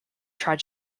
tried